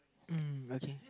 uh okay